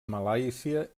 malàisia